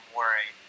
worry